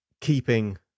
keeping